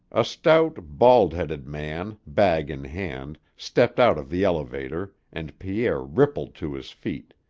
a stout, bald-headed man, bag in hand, stepped out of the elevator, and pierre rippled to his feet.